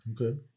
Okay